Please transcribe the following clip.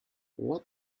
what